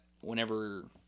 whenever